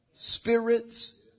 Spirits